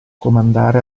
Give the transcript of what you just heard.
comandare